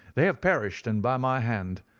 they have perished, and by my hand.